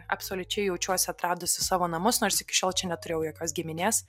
absoliučiai jaučiuosi atradusi savo namus nors iki šiol čia neturėjau jokios giminės